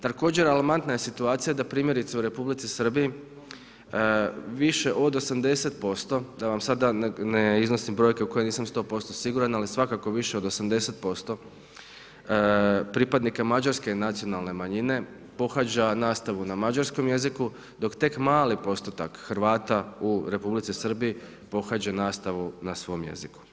Također, alarmantna je situacija da primjerice u Republici Srbiji više od 80%, da vam sad ne iznosim brojke u koje nisam 100% siguran, ali svakako više od 80% pripadnika mađarske nacionalne manjine pohađa nastavu na Mađarskom jeziku, dok tek mali postotak Hrvata u Republici Srbiji pohađa nastavu na svom jeziku.